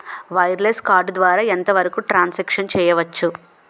Wireless card ద్వారా ఎంత వరకు ట్రాన్ సాంక్షన్ చేయవచ్చు?